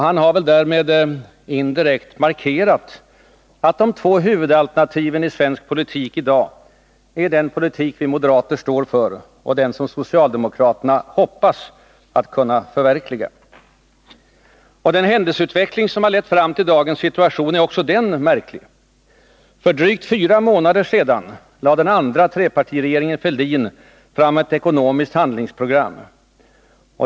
Han har väl därmed indirekt markerat att de två huvudalternaltiven i svensk politik i dag är den politik som vi moderater står för och den som socialdemokraterna hoppas att kunna förverkliga. Den händelseutveckling som har lett fram till dagens situation är också den märklig. För drygt fyra månader sedan lade den andra trepartiregeringen Fälldin fram ett ekonomiskt handlingsprogam.